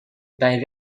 dein